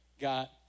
got